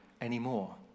anymore